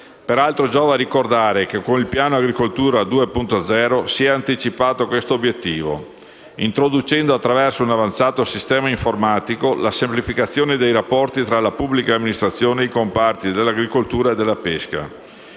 Peraltro, giova ricordare che con il Piano Agricoltura 2.0 si è anticipato questo obiettivo, introducendo, attraverso un avanzato sistema informatico, la semplificazione dei rapporti tra la pubblica amministrazione e i comparti dell'agricoltura e della pesca.